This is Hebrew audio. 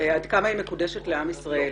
עד כמה היא מקודשת לעם ישראל.